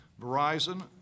Verizon